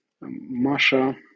masha